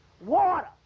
Water